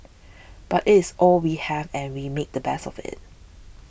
but it's all we have and we make the best of it